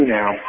now